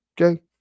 Okay